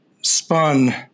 spun